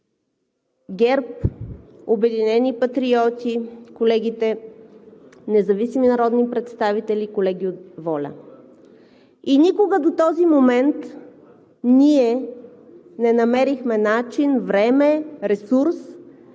ГЕРБ, „Обединени патриоти“, колегите независими народни представители, колеги от ВОЛЯ, и никога до този момент ние не намерихме начин, време, ресурс